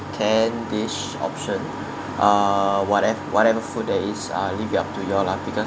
ten dish option ah whate~ whatever food there is I leave it to you all lah because